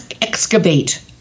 excavate